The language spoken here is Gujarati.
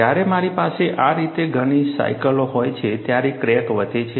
જ્યારે મારી પાસે આ રીતે ઘણી સાયકલો હોય છે ત્યારે ક્રેક વધે છે